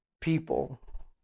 people